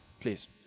please